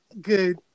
good